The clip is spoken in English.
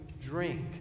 drink